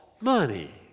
money